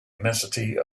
immensity